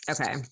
Okay